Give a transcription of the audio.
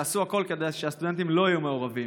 יעשו הכול כדי שהסטודנטים לא יהיו מעורבים.